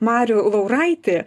marių lauraitį